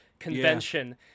convention